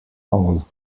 all